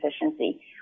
efficiency